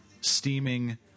steaming